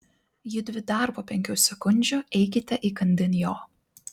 judvi dar po penkių sekundžių eikite įkandin jo